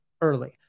early